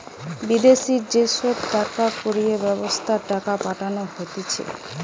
বিদেশি যে সব টাকা কড়ির ব্যবস্থা টাকা পাঠানো হতিছে